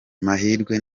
mahirwe